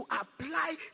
apply